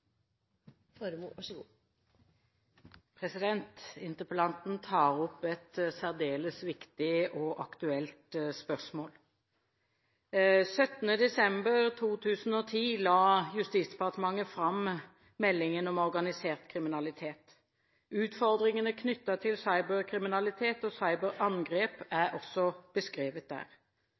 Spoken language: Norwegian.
Interpellanten tar opp et særdeles viktig og aktuelt spørsmål. 17. desember 2010 la Justisdepartementet fram meldingen om organisert kriminalitet. Utfordringene knyttet til cyberkriminalitet og cyberangrep er også beskrevet der.